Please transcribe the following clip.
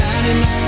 99